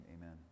amen